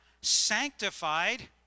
sanctified